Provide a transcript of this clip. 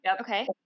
Okay